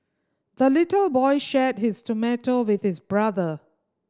the little boy shared his tomato with his brother